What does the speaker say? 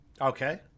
Okay